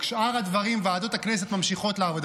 שאר הדברים, ועדות הכנסת ממשיכות לעבוד.